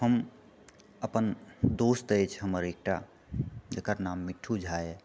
हम अपन दोस्त अछि हमर एकटा जेकर नाम मिठ्ठू झा यऽ